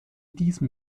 diesem